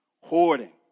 hoarding